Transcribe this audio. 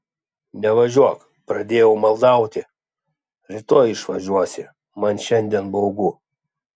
nevažiuok pradėjau maldauti rytoj išvažiuosi man šiandien baugu